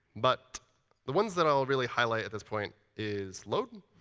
but the ones that i will really highlight at this point is load,